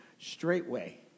straightway